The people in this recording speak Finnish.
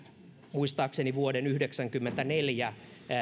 muistaakseni vuoden yhdeksänkymmentäneljä